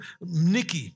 Nikki